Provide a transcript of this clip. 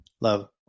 Love